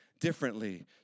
differently